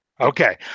Okay